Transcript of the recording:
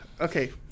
Okay